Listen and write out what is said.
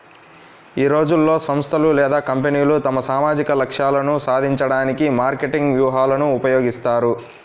ఈ రోజుల్లో, సంస్థలు లేదా కంపెనీలు తమ సామాజిక లక్ష్యాలను సాధించడానికి మార్కెటింగ్ వ్యూహాలను ఉపయోగిస్తాయి